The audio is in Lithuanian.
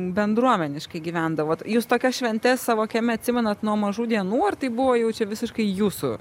bendruomeniškai gyvendavot jūs tokias šventes savo kieme atsimenat nuo mažų dienų ar tai buvo jau čia visiškai jūsų